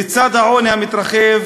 לצד העוני המתרחב